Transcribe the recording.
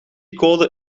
code